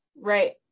right